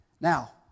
Now